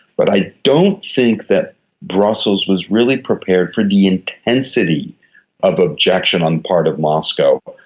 but i don't think that brussels was really prepared for the intensity of objection on the part of moscow,